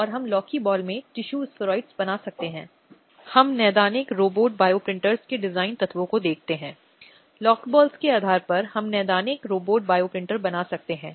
और जो लोग इस तरह के संबंध में रहे हैं और बाद में नहीं रह गए हैं वे घरेलू हिंसा अधिनियम के प्रावधानों को भी लागू कर सकते हैं